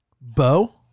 bo